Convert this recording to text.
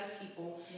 people